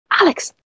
alex